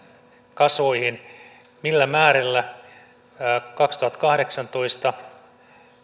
kasoihin millä määrillä vuonna kaksituhattakahdeksantoista